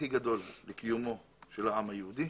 הכי גדול לקיומו של העם היהודי.